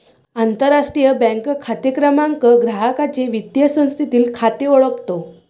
आंतरराष्ट्रीय बँक खाते क्रमांक ग्राहकाचे वित्तीय संस्थेतील खाते ओळखतो